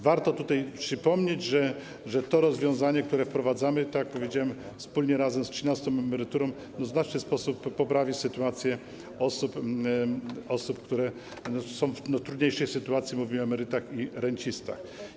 Warto przypomnieć, że to rozwiązanie, które wprowadzamy, tak jak powiedziałem, wspólnie, razem z trzynastą emeryturą w znaczny sposób poprawi sytuację osób, które są w trudniejszej sytuacji - mówię o emerytach i rencistach.